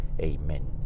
Amen